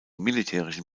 militärischen